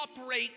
operate